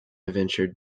ventured